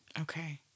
Okay